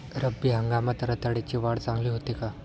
रब्बी हंगामात रताळ्याची वाढ चांगली होते का?